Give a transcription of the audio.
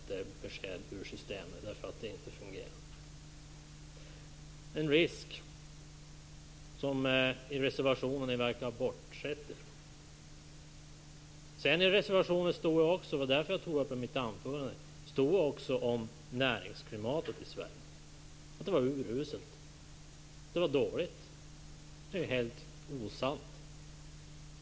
Det här är en risk som ni verkar ha bortsett från i reservationen. I reservationen stod det också om näringsklimatet i Sverige. Det var därför jag tog upp den i mitt anförande. Det stod att det var uruselt. Det stod att det var dåligt. Detta är helt osant.